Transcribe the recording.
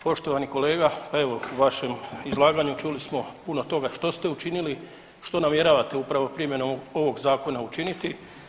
Poštovani kolega, pa evo u vašem izlaganju čuli smo puno toga što ste učinili, što namjeravate upravo primjenom ovog zakona učiniti.